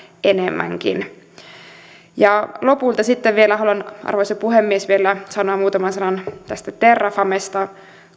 enemmänkin lopuksi sitten haluan arvoisa puhemies vielä sanoa muutaman sanan tästä terrafamesta